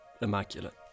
immaculate